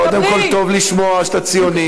קודם כול, טוב לשמוע שאתה ציוני.